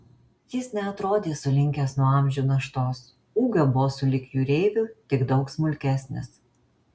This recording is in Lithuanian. jis neatrodė sulinkęs nuo amžių naštos ūgio buvo sulig jūreiviu tik daug smulkesnis